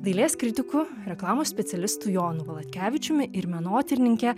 dailės kritiku reklamos specialistu jonu valatkevičiumi ir menotyrininke